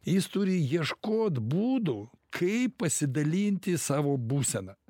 jis turi ieškot būdų kaip pasidalinti savo būsena